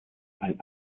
ein